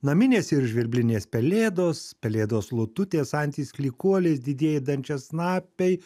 naminės ir žvirblinės pelėdos pelėdos lututės antys klykuolės didieji dančiasnapiai